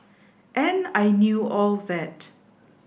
and I knew all that